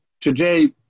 today